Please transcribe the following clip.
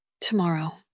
Tomorrow